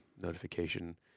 notification